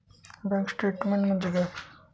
Bank statement म्हणजे काय?